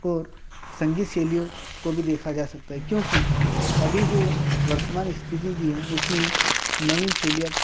और संगीत सेलीयों को भी देखा जा सकता है क्योंकि अभी जो वर्तमान इस्थिति दी हैं उसमें नवीन शैलीयाँ